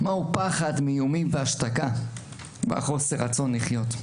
מהו פחד מאיומים והשתקה וחוסר רצון לחיות?